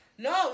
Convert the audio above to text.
No